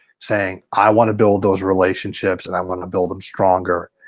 saying i want to build those relationships and i want to build them stronger.